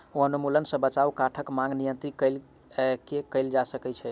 वनोन्मूलन सॅ बचाव काठक मांग नियंत्रित कय के कयल जा सकै छै